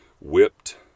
whipped